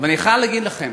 אבל אני חייב להגיד לכם